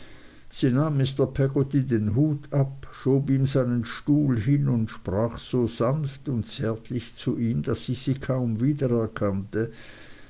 peggotty den hut ab schob ihm seinen stuhl hin und sprach so sanft und zärtlich zu ihm daß ich sie kaum wiedererkannte